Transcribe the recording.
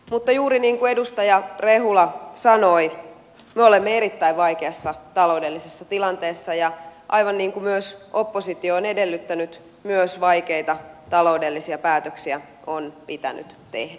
mutta juuri niin kuin edustaja rehula sanoi me olemme erittäin vaikeassa taloudellisessa tilanteessa ja aivan niin kuin myös oppositio on edellyttänyt myös vaikeita taloudellisia päätöksiä on pitänyt tehdä